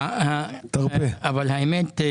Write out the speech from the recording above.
האמת,